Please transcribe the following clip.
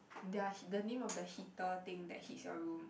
their the name of the heater thing that heats your room